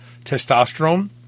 testosterone